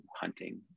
hunting